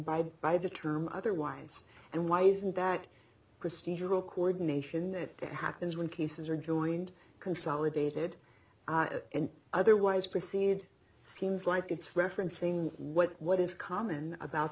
the by the term otherwise and why isn't that christie will coordination that happens when cases are joined consolidated and otherwise proceed seems like it's referencing what what is common about